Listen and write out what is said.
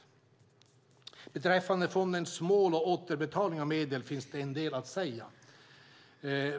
Beträffande fondens mål och återbetalning av medel finns en del att säga.